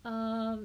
um